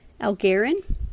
Algarin